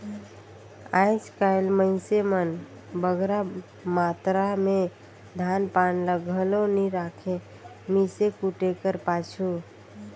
आएज काएल मइनसे मन बगरा मातरा में धान पान ल घलो नी राखें मीसे कूटे कर पाछू